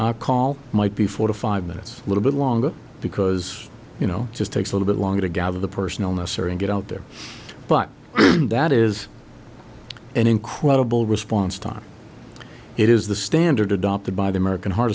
second call might be four to five minutes a little bit longer because you know just takes a little bit longer to gather the personal necessary and get out there but that is an incredible response time it is the standard adopted by the american heart